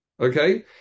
Okay